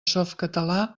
softcatalà